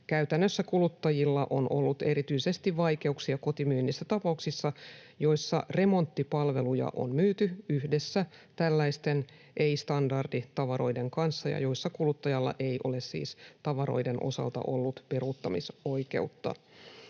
Käytännössä kuluttajilla on ollut erityisesti vaikeuksia kotimyynnissä tapauksissa, joissa remonttipalveluja on myyty yhdessä tällaisten ei-standarditavaroiden kanssa ja joissa kuluttajalla ei ole siis tavaroiden osalta ollut peruuttamisoikeutta.